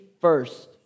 first